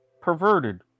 perverted